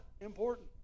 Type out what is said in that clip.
important